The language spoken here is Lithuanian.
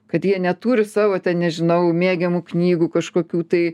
kad jie neturi savo ten nežinau mėgiamų knygų kažkokių tai